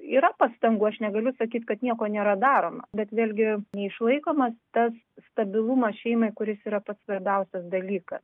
yra pastangų aš negaliu sakyt kad nieko nėra daroma bet vėlgi neišlaikomas tas stabilumas šeimai kuris yra pats svarbiausias dalykas